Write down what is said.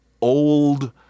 old